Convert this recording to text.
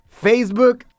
Facebook